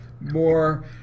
more